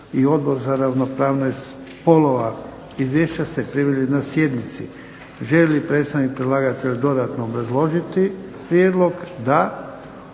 i Odbor za ravnopravnost spolova. Izvješća ste primili na sjednici. Želi li predstavnik predlagatelja dodatno obrazložiti prijedlog?